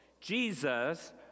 Jesus